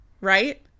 right